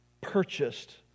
purchased